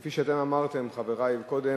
כפי שאתם אמרתם קודם,